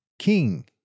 King